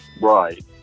right